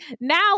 now